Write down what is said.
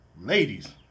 Ladies